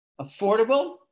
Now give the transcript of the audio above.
affordable